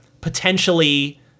potentially